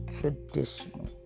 traditional